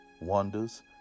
wonders